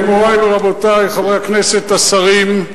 מורי ורבותי, חברי הכנסת, השרים,